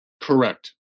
correct